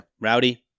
rowdy